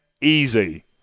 easy